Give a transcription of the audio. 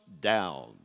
down